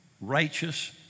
Righteous